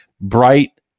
bright